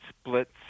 splits